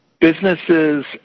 Businesses